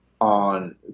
on